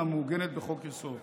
המעוגנת בחוק-יסוד: